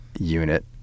unit